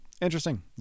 interesting